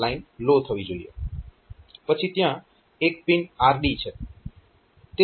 પછી ત્યાં એક રીડ પિન RD છે